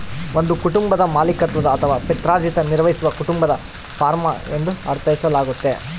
ಒಂದು ಕುಟುಂಬದ ಮಾಲೀಕತ್ವದ ಅಥವಾ ಪಿತ್ರಾರ್ಜಿತ ನಿರ್ವಹಿಸುವ ಕುಟುಂಬದ ಫಾರ್ಮ ಎಂದು ಅರ್ಥೈಸಲಾಗ್ತತೆ